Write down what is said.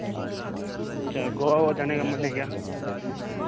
अच्छा गोवा ओवा जाने का मन है क्या